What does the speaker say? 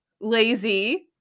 lazy